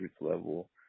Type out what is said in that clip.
level